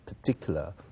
particular